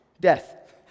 death